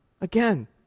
Again